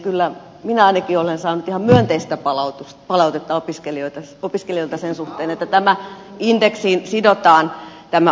kyllä minä ainakin olen saanut ihan myönteistä palautetta opiskelijoilta sen suhteen että tämä opintotuki sidotaan indeksiin